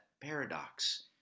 paradox